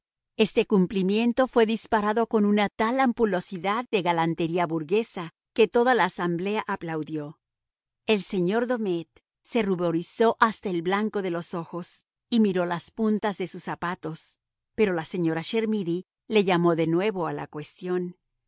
este cumplimiento fue disparado con una tal ampulosidad de galantería burguesa que toda la asamblea aplaudió el señor domet se ruborizó hasta el blanco de los ojos y miró las puntas de sus zapatos pero la señora chermidy le llamó de nuevo a la cuestión